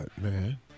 man